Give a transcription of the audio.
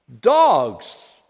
Dogs